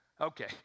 Okay